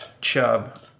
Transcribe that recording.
chub